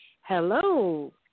Hello